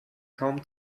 kaum